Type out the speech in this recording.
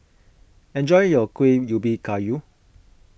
enjoy your Kuih Ubi Kayu